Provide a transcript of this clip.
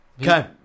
Okay